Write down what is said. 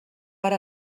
per